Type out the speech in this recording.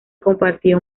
compartía